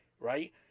right